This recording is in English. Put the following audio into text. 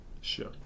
Sure